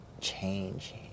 change